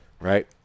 right